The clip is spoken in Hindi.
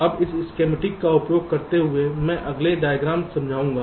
अब इस स्कीमेटिक का उपयोग करते हुए मैं अगले डायग्राम समझाऊंगा